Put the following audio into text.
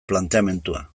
planteamendua